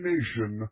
Nation